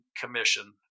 commission